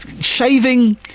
shaving